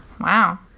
Wow